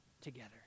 together